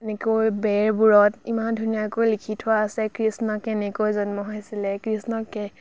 এনেকৈ বেৰবোৰত ইমান ধুনীয়াকৈ লিখি থোৱা আছে কৃষ্ণ কেনেকৈ জন্ম হৈছিলে কৃষ্ণ কে